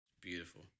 Beautiful